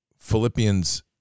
Philippians